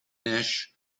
nash